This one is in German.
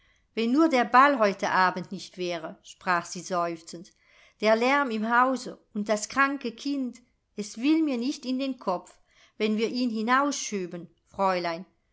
wenn nur der ball heute abend nicht wäre sprach sie seufzend der lärm im hause und das kranke kind es will mir nicht in den kopf wenn wir ihn hinausschöben